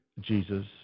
Jesus